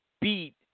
beat